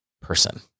person